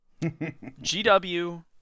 GW